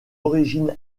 origine